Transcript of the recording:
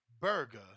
burger